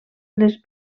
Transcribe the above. les